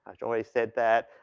i already said that.